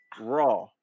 raw